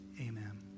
Amen